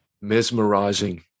Mesmerizing